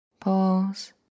pause